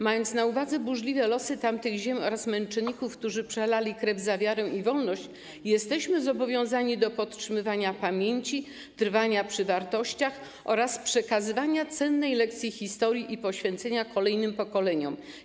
Mając na uwadze burzliwe losy tamtych ziem oraz męczenników, którzy przelali krew za wiarę i wolność, jesteśmy zobowiązani do podtrzymywania pamięci, trwania przy wartościach oraz przekazywania cennej lekcji historii i poświęcenia kolejnym pokoleniom.